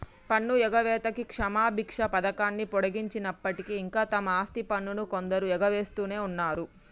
పన్ను ఎగవేతకి క్షమబిచ్చ పథకాన్ని పొడిగించినప్పటికీ ఇంకా తమ ఆస్తి పన్నును కొందరు ఎగవేస్తునే ఉన్నరు